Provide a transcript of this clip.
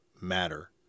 matter